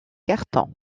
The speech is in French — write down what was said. cartons